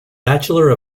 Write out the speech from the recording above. bachelor